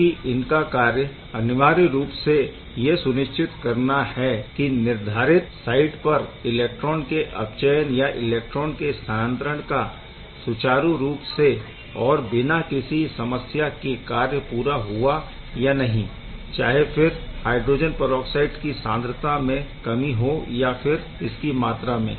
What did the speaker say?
क्योंकि इनका कार्य अनिवार्य रूप से यह सुनिश्चित करना है कि निर्धारित साइट पर इलेक्ट्रॉन के अपचयन या इलेक्ट्रॉन के स्थानांतरण का सुचारु रूप से और बिना किसी समस्या के कार्य पूरा हुआ या नहीं चाहे फिर हायड्रोजन परऑक्साइड की सान्द्रता में कमी हो या फिर इसकी मात्रा में